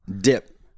dip